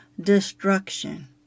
destruction